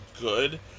good